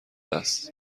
است